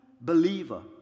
believer